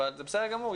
אבל זה בסדר גמור,